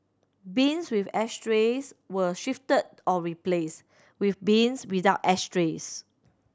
bins with ashtrays will shifted or replaced with bins without ashtrays